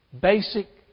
basic